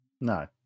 No